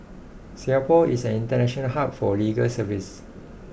Singapore is an international hub for legal services